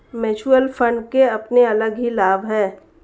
mutual fund के अपने अलग ही लाभ हैं